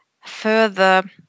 further